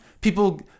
people